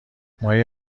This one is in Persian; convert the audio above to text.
مایه